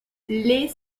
les